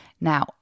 Now